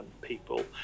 people